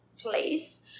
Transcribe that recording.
place